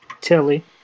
Tilly